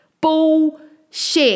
Bullshit